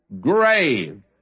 grave